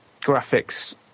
graphics